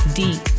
deep